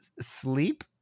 sleep